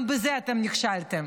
גם בזה אתם נכשלתם.